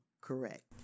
correct